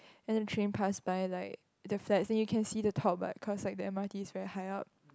and the train pass by like the flats you can see the top right cause like the M_R_T is very high up